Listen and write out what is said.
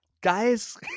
guys